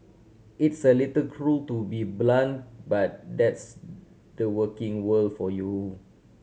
it's a little cruel to be blunt but that's the working world for you